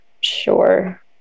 sure